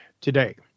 Today